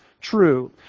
true